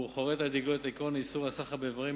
והוא חורת על דגלו את עקרון איסור הסחר באיברים,